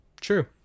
True